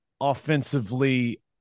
offensively